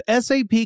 SAP